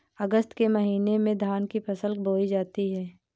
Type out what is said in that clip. अगस्त के महीने में धान की फसल बोई जाती हैं